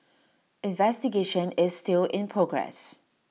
investigation is still in progress